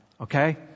Okay